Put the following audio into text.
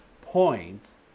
points